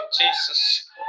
Jesus